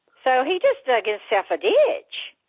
so he just dug himself a ditch